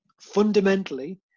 fundamentally